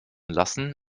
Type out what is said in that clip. lassen